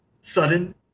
sudden